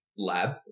Lab